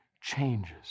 changes